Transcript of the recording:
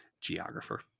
geographer